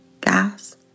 gas